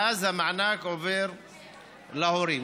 ואז המענק עובר להורים.